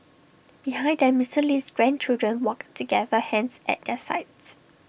behind them Mister Lee's grandchildren walked together hands at their sides